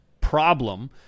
problem